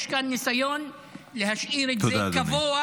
יש כאן ניסיון להשאיר את זה קבוע,